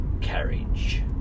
carriage